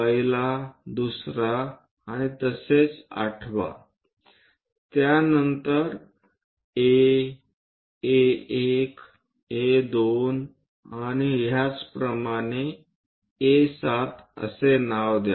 पहिले दुसरे आणि आठवे त्यांना A A1 A2 आणि ह्याचप्रमाणे A7 नाव द्या